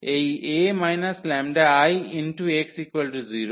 এই A 𝜆𝐼x 0